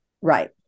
Right